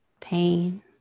Pain